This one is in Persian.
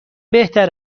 بهتر